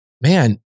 man